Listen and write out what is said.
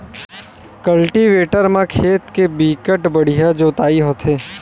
cultivator म खेत के बिकट बड़िहा जोतई होथे